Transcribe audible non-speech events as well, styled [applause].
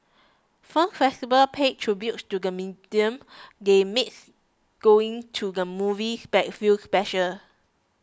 film festival pay tribute to the medium they make going to the movies [unintelligible] feel special